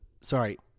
Sorry